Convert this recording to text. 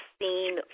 seen